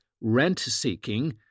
rent-seeking